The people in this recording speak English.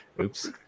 Oops